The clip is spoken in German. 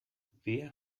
wer